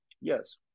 yes